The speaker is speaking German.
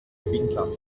finnland